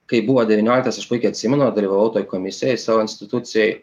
kai buvo devynioliktas aš puikiai atsimenu dalyvavau toj komisijoj savo institucijoj